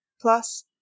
plus